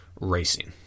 racing